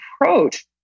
approach